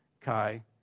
kai